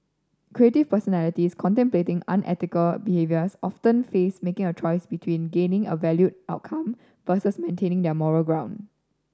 creative personalities contemplating unethical behaviours often face making a choice between gaining a valued outcome versus maintaining their moral ground